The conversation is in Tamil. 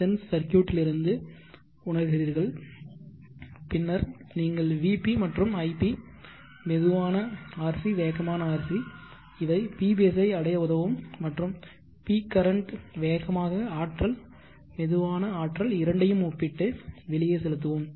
சென்ஸ் சர்க்யூட்டிலிருந்து உணர்கிறீர்கள் பின்னர் நீங்கள் vp மற்றும் ip மெதுவான RC வேகமான RC இவை pbase ஐ அடைய உதவும் மற்றும் pcurrent வேகமான ஆற்றல் மெதுவான ஆற்றல் இரண்டையும் ஒப்பீட்டு வெளியே செலுத்துவோம்